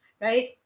right